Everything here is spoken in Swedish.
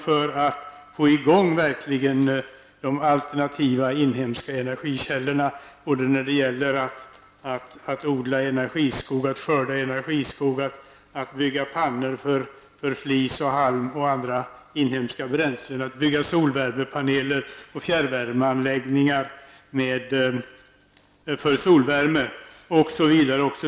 Det gäller att börja utnyttja de alternativa inhemska energikällorna, att odla energiskogar, att skörda energiskogar, att bygga pannor för flis och halm samt andra inhemska bränslen, att bygga solvärmepaneler och fjärrvärmeanläggningar för solvärme osv.